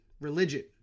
religion